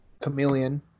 Chameleon